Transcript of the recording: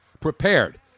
prepared